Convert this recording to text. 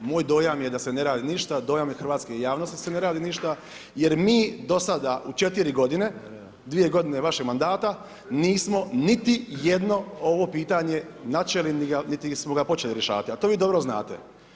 Moj dojam je da se ne radi ništa, dojam je hrvatske javnosti da se ne radi ništa jer mi do sada u 4 godine, 2 godine vašeg mandata nismo niti jedno ovo pitanje načeli niti smo ga počeli rješavati a to vi dobro znate.